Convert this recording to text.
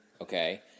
okay